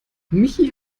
michi